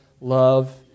love